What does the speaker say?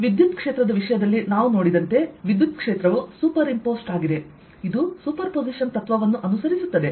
ವಿದ್ಯುತ್ಕ್ಷೇತ್ರದ ವಿಷಯದಲ್ಲಿ ನಾವು ನೋಡಿದಂತೆ ವಿದ್ಯುತ್ಕ್ಷೇತ್ರವು ಸೂಪರ್ ಇಂಪೋಸ್ಡ್ ಆಗಿದೆ ಇದು ಸೂಪರ್ಪೋಸಿಷನ್ ತತ್ವವನ್ನು ಅನುಸರಿಸುತ್ತದೆ